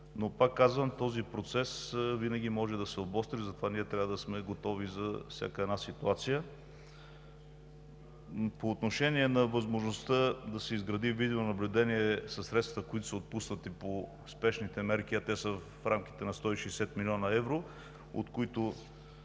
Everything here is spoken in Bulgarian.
Пак казвам, този процес винаги може да се обостри, затова ние трябва да сме готови за всякакви ситуации. По отношение на възможността да се изгради видеонаблюдение със средствата, отпуснати по спешните мерки в рамките на 160 млн. евро, от които